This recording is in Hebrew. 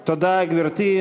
תודה, גברתי.